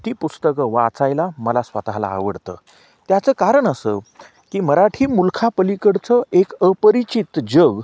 ती पुस्तकं वाचायला मला स्वतःला आवडतं त्याचं कारण असं की मराठी मुलखापलिकडचं एक अपरिचित जग